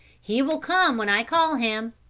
he will come when i call him.